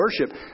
worship